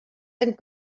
and